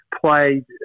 played